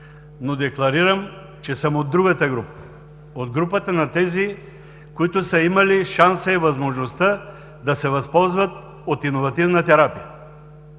Декларирам, че съм от другата група. От групата на тези, които са имали шанса и възможността да се възползват от иновативна терапия.